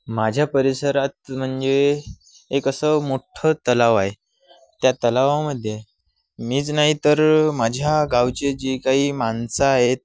माझ्या परिसरात म्हणजे एक असं मोठं तलाव आहे त्या तलावामध्ये मीच नाही तर माझ्या गावचे जी काही माणसं आहेत